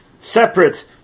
separate